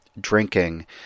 drinking